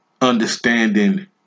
understanding